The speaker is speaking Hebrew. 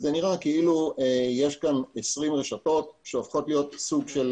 נראה שיש כאן 20 רשתות שהולכות להיות סוג של